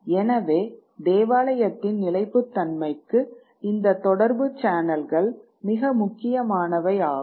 எனவே தேவாலயத்தின் நிலைப்புத்தன்மைக்கு இந்த தொடர்பு சேனல்கள் மிக முக்கியமானவை ஆகும்